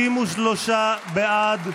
63 בעד,